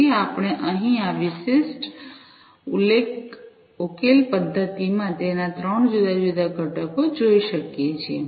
તેથી આપણે અહીં આ વિશિષ્ટ ઉકેલ પદ્ધતિમાં તેના 3 જુદા જુદા ઘટકો જોઈ શકીએ છીએ